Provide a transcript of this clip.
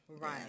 Right